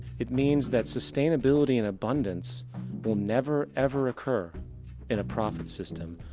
it means that sustainability and abundance will never ever occur in profit system.